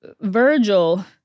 Virgil